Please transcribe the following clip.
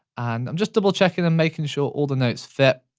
and i'm just double checking and making sure all the notes fit,